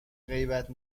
غیبت